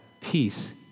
peace